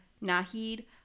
Nahid